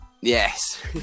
Yes